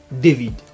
David